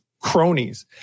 cronies